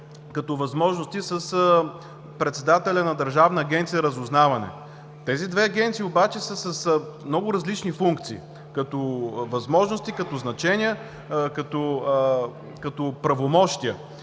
като възможности с председателя на Държавна агенция „Разузнаване“. Тези две агенции обаче са с много различни функции като възможности, като значения, като правомощия.